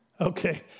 Okay